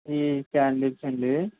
ఇవ్వి స్టాండర్డ్స్ అండి